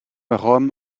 rome